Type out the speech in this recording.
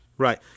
Right